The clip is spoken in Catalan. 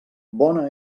bona